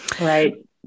Right